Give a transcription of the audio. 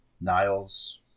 Niles